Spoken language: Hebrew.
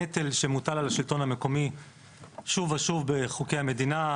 הנטל שמוטל על השלטון המקומי שוב ושוב בחוקי המדינה,